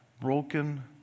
broken